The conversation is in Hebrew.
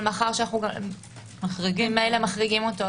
מאחר שאנחנו ממילא מחריגים אותו,